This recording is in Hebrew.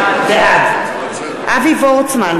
בעד אבי וורצמן,